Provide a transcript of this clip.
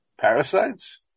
parasites